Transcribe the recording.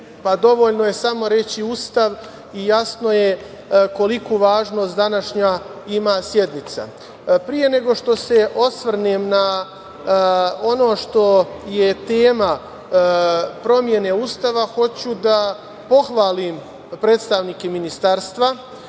pa dovoljno je samo reći Ustav i jasno koliku važnost ima današnja sednica. Prije nego što se osvrnem na ono što je tema promene Ustava, hoću da pohvalim predstavnike Ministarstva,